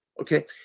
okay